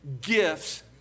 gifts